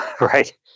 right